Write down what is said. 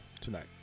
tonight